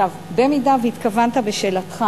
במידה שהתכוונת בשאלתך